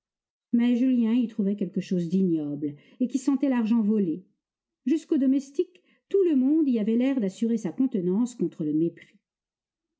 mais julien y trouvait quelque chose d'ignoble et qui sentait l'argent volé jusqu'aux domestiques tout le monde y avait l'air d'assurer sa contenance contre le mépris